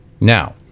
Now